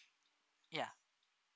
ya